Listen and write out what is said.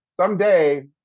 Someday